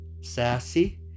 sassy